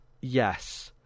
yes